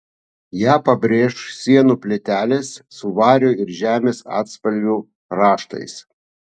ją pabrėš sienų plytelės su vario ir žemės atspalvių raštais